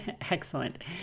Excellent